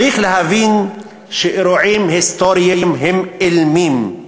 צריך להבין שאירועים היסטוריים הם אילמים,